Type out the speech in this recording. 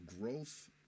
growth